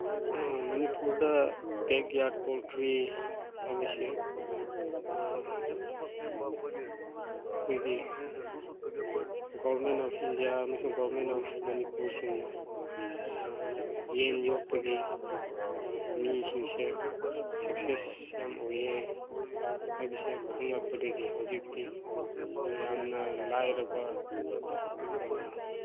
ꯃꯅꯤꯄꯨꯔꯗ backyard poultry ꯍꯥꯏꯕꯁꯤ ꯑꯩꯈꯣꯏꯒꯤ ꯒꯣꯔꯃꯦꯟ ꯑꯣꯐ ꯏꯟꯗꯤꯌꯥ ꯑꯃꯁꯨꯡ ꯒꯣꯔꯃꯦꯟ ꯑꯣꯐ ꯃꯅꯤꯄꯨꯔꯁꯤꯡꯅ ꯌꯦꯟ ꯌꯣꯛꯄꯒꯤ ꯃꯤꯁꯤꯡꯁꯦ ꯁꯛꯁꯦꯁ ꯌꯥꯝ ꯑꯣꯏꯌꯦ ꯍꯥꯏꯕꯁꯤ ꯈꯪꯂꯛꯄꯗꯒꯤ ꯍꯧꯖꯤꯛꯇꯤ ꯌꯥꯝꯅ ꯂꯥꯏꯔꯕ